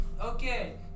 okay